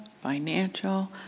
financial